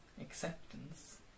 acceptance